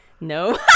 No